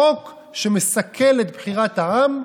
חוק שמסכל את בחירת העם,